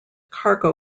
cargo